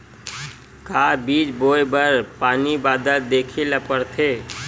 का बीज बोय बर पानी बादल देखेला पड़थे?